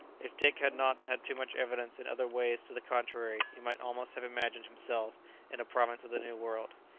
if dick had not had too much evidence in other ways to the contrary, he might almost have imagined himself in a province of the new world.